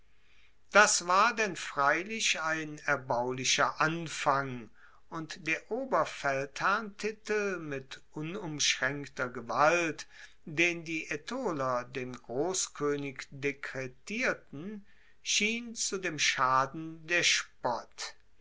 das war denn freilich ein erbaulicher anfang und der oberfeldherrntitel mit unumschraenkter gewalt den die aetoler dem grosskoenig dekretierten schien zu dem schaden der spott